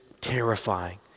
terrifying